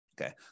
Okay